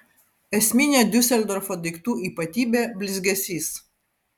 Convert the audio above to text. esminė diuseldorfo daiktų ypatybė blizgesys